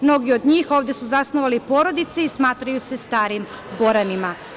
Mnogi od njih ovde su zasnovali porodice i smatraju se starim Boranima.